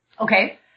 Okay